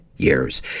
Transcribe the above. years